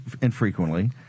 infrequently